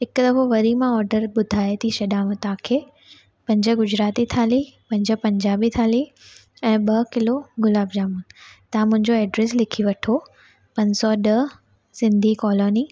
हिकु दफ़ो वरी मां ऑडर ॿुधाए थी छॾियांव तव्हांखे पंज गुजराती थाली पंज पंजाबी थाली ऐं ॿ किलो गुलाब जामुन तव्हां मुंहिंजो एड्रैस लिखी वठो पंज सौ ॾह सिंधी कॉलोनी